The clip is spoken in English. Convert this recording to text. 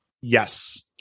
yes